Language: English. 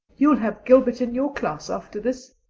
you'll have gilbert in your class after this,